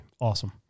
awesome